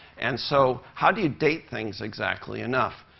and so how do you date things exactly enough?